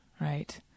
right